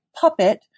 puppet